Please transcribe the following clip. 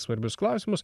svarbius klausimus